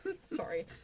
Sorry